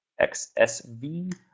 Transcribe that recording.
XSV